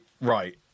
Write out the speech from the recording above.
right